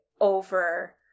over-